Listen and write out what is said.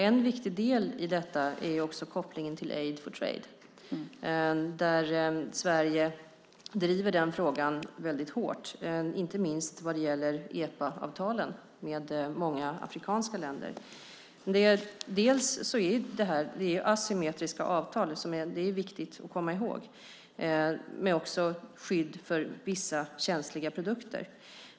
En viktig del i detta är kopplingen till Aid for Trade, där Sverige driver den frågan väldigt hårt, inte minst vad gäller EPA-avtalen med många afrikanska länder. Det här är asymmetriska avtal - det är viktigt att komma ihåg det - med skydd för vissa känsliga produkter.